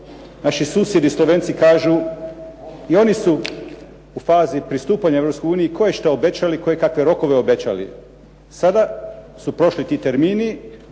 naši susjedi Slovenci kažu i oni su u fazi pristupanja Europskoj uniji koje šta obećali, koje kakve rokove obećali. Sada su prošli ti termini,